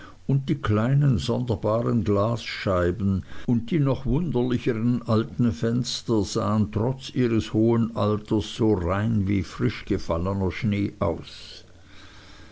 und die kleinen sonderbaren glasscheiben und die noch wunderlicheren alten fenster sahen trotz ihres hohen alters so rein wie frischgefallner schnee aus